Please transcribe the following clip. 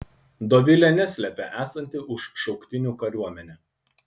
dovilė neslepia esanti už šauktinių kariuomenę